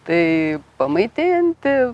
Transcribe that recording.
tai pamaitinti